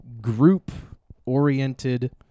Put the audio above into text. group-oriented